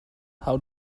how